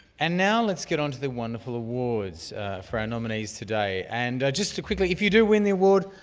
and now let's get on to the wonderful awards for our nominees today. and just to quickly, if you do win the award,